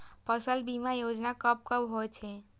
फसल बीमा योजना कब कब होय छै?